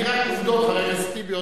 אני רק אבדוק, חבר הכנסת טיבי.